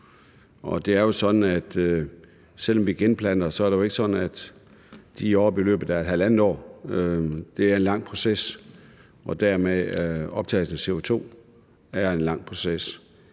om vi genplanter, er det ikke sådan, at de er oppe i løbet af halvandet år. Det er en lang proces, og dermed er optagelsen af CO2 en lang proces.